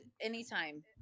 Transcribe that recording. anytime